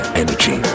energy